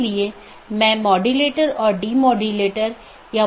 इसलिए उन्हें सीधे जुड़े होने की आवश्यकता नहीं है